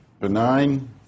benign